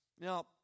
Now